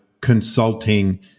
consulting